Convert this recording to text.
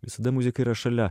visada muzika yra šalia